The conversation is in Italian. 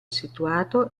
situato